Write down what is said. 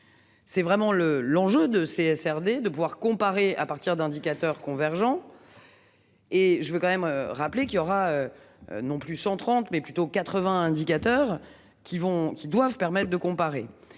C'est vraiment le, l'enjeu de CSR des de pouvoir comparer à partir d'indicateurs convergents. Et je veux quand même rappeler qu'il y aura. Non plus 130 mais plutôt 80 indicateur qui vont, qui doivent permettent de comparer.